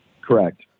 Correct